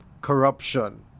corruption